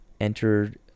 entered